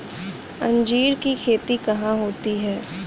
अंजीर की खेती कहाँ होती है?